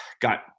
got